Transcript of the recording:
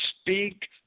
speak